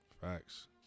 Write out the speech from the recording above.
Facts